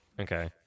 Okay